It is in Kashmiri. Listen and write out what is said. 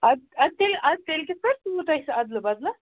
اَدٕ اَدٕ تیٚلہِ اَدٕ تیٚلہِ کِتھ پٲٹھۍ سووٕ تۄہہِ سُہ اَدلہٕ بدلہٕ